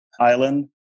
island